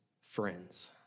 friends